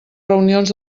reunions